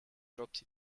dropped